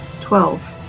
twelve